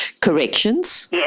corrections